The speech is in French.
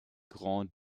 grand